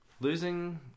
losing